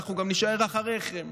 ואנחנו גם נישאר אחריכם.